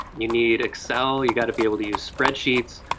you need excel, you got to be able to use spreadsheets.